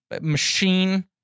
machine